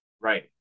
Right